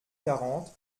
quarante